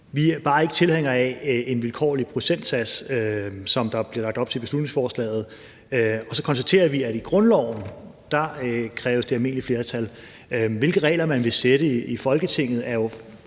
Vi er bare ikke tilhængere af en vilkårlig procentsats, som der bliver lagt op til i beslutningsforslaget. Og så konstaterer vi, at i grundloven kræves der almindeligt flertal. Hvilke regler man vil sætte i Folketinget, er jo